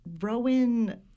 Rowan